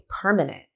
permanent